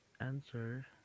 answer